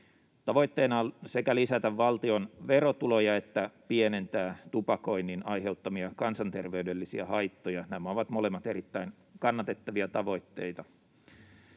Tavoitteena on sekä lisätä valtion verotuloja että pienentää tupakoinnin aiheuttamia kansanterveydellisiä haittoja. Nämä ovat molemmat erittäin kannatettavia tavoitteita.